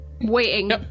waiting